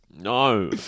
No